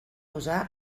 usar